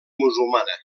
musulmana